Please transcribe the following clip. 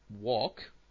walk